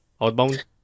Outbound